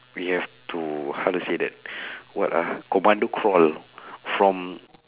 we have to how to say that what ah commando crawl from